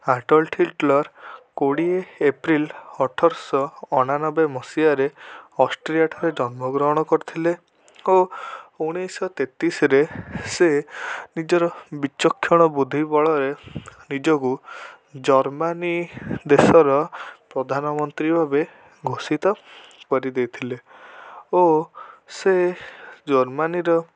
ଆଡ଼ଲଟ Hitler କୋଡ଼ିଏ April ଅଠରଶହ ଅଣାନବେ ମସିହାରେ ଅଷ୍ଟ୍ରିଆଠାରେ ଜନ୍ମଗ୍ରହଣ କରିଥିଲେ ଓ ଉଣେଇଶହ ତେତିଶରେ ସେ ନିଜର ବିଚକ୍ଷଣ ବୁଦ୍ଧି ବେଳେ ନିଜକୁ ଜର୍ମାନୀ ଦେଶର ପ୍ରଧାନମନ୍ତ୍ରୀ ଭାବେ ଘୋଷିତ କରିଦେଇଥିଲେ ଓ ସେ ଜର୍ମାନୀର